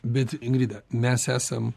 bet ingrida mes esam